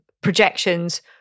projections